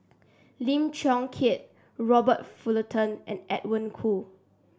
Lim Chong Keat Robert Fullerton and Edwin Koo